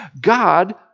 God